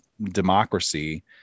democracy